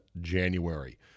January